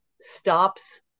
Stops